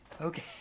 Okay